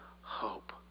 hope